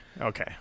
okay